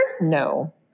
No